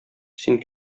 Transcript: син